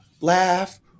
laugh